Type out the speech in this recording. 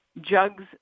jugs